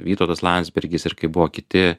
vytautas landsbergis ir kai buvo kiti